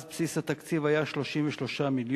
והיא תחזור לדיון בוועדת הכנסת לשם הכנתה לקריאה שנייה ושלישית.